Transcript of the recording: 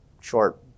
short